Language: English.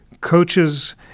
coaches